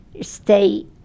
stay